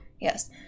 Yes